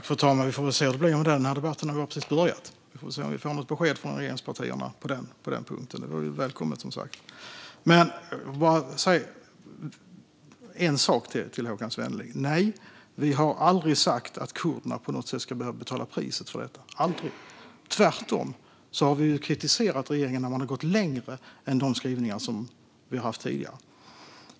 Fru talman! Vi får väl se hur det blir med det. Denna debatt har precis börjat. Vi får se om vi får något besked från regeringspartierna på den punkten. Det vore, som sagt, välkommet. Jag vill säga en sak till Håkan Svenneling. Nej, vi har aldrig sagt att kurderna på något sätt ska behöva betala priset för detta - aldrig. Tvärtom har vi kritiserat regeringen när den har gått längre än de skrivningar som vi har haft tidigare.